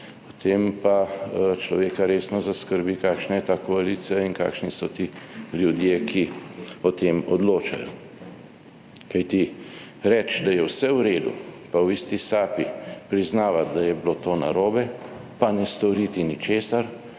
Potem pa človeka resno zaskrbi, kakšna je ta koalicija in kakšni so ti ljudje, ki o tem odločajo. Kajti reči, da je vse v redu, pa v isti sapi priznava, da je bilo to narobe, pa ne storiti ničesar,